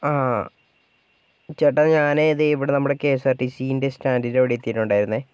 ആ ചേട്ടാ ഞാനേ ദേ ഇവിടേ നമ്മുടെ K S R T C ൻറ്റെ സ്റ്റാൻഡിൻറ്റെ അവിടേ എത്തിയിട്ടുണ്ടായിരുന്നേ